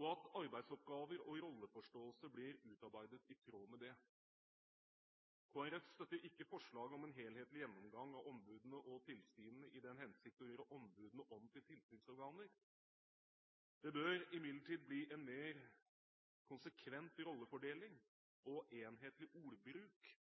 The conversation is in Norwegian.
og at arbeidsoppgaver og rolleforståelse blir utarbeidet i tråd med det. Kristelig Folkeparti støtter ikke forslaget om en helhetlig gjennomgang av ombudene og tilsynene i den hensikt å gjøre ombudene om til tilsynsorganer. Det bør imidlertid bli en mer konsekvent rollefordeling og enhetlig ordbruk